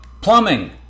Plumbing